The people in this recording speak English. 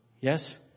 Yes